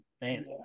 Man